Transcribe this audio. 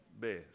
best